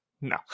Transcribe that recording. No